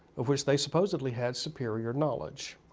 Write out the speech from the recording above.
of which they supposedly had superior knowledge.